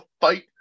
fight